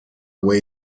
way